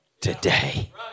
today